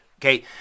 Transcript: Okay